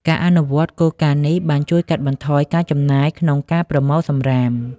ការអនុវត្តគោលការណ៍នេះបានជួយកាត់បន្ថយការចំណាយក្នុងការប្រមូលសំរាម។